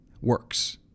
works